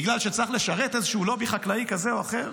בגלל שצריך לשרת איזה לובי חקלאי כזה או אחר?